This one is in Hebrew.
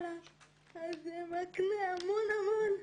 נמשיך הלאה